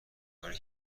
کاری